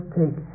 take